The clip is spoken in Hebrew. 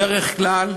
בדרך כלל